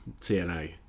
TNA